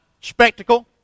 spectacle